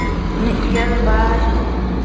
ᱢᱤᱫ ᱜᱮᱞ ᱵᱟᱨ